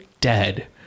dead